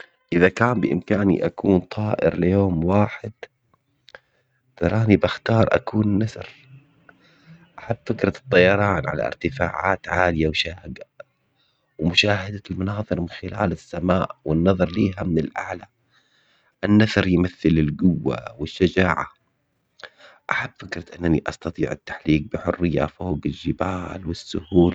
اذا كان بامكاني اكون طائر ليوم واحد تراني بختار اكون نثر. عاد فكرة الطيران على ارتفاعات عالية وشهقة. ومشاهدة المناظر من خلال السماء والنظر لها من الاعلى. النثر يمثل القوة والشجاعة قعدت فكرة انني استطيع التحليق بحرية فوق الجبال والسهول